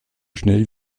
schnell